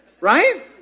Right